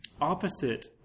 opposite